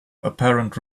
apparent